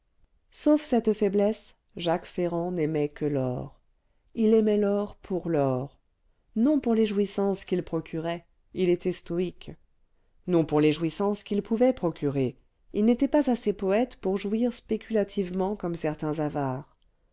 sauf cette faiblesse jacques ferrand n'aimait que l'or il aimait l'or pour l'or non pour les jouissances qu'il procurait il était stoïque non pour les jouissances qu'il pouvait procurer il n'était pas assez poëte pour jouir spéculativement comme certains avares